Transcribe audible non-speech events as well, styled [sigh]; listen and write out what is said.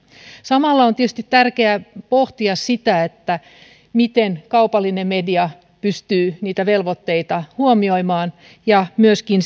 samalla on tietysti tärkeää pohtia sitä miten kaupallinen media pystyy niitä velvoitteita huomioimaan ja myöskin [unintelligible]